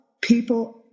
people